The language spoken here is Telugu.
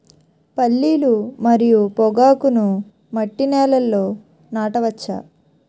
పల్లీలు మరియు పొగాకును మట్టి నేలల్లో నాట వచ్చా?